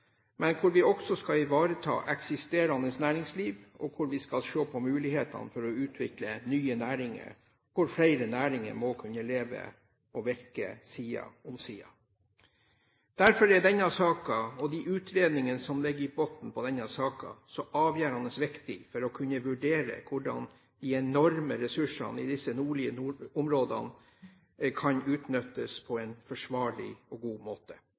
men vi skal også ivareta eksisterende næringsliv, og vi skal se på mulighetene for å utvikle nye næringer hvor flere næringer må kunne leve og virke side om side. Derfor er denne saken og de utredninger som ligger i bunnen for denne saken, så avgjørende viktig for å kunne vurdere hvordan de enorme ressursene i disse nordlige områdene kan utnyttes på en forsvarlig og god måte.